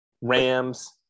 Rams